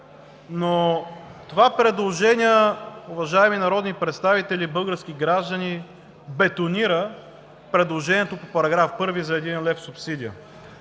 но това предложение, уважаеми народни представители, български граждани, бетонира предложението по § 1 за един лев субсидия.